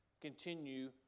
continue